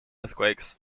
earthquakes